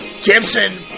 Gibson